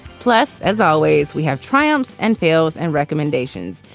plus, as always, we have triumphs and fields and recommendations.